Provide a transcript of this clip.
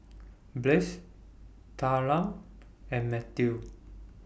Blaise Tamra and Matthew